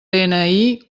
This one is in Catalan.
dni